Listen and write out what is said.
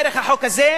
דרך החוק הזה,